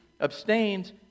abstains